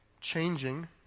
changing